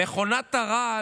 מכונת הרעל